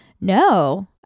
no